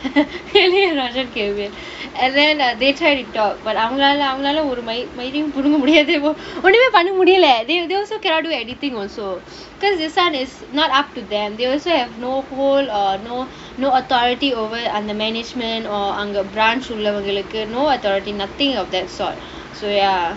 kelly and arjun came in and then they try to talk but அவங்களால அவங்களால ஒரு மய்~ மயிரையும் புடுங்க முடியாது ஒன்னுமே பண்ண முடியல:avangalaala avangalaala oru mai mayiraiyum pudunga mudiyaathu onnumae panna mudiyala they also cannot do anything also because the sun is not up to them they also have no hold or no no authority over the management or அங்க:anga branch உள்ளவங்களுக்கு:ullavangalukku no authority nothing of that sort so ya